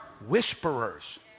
whisperers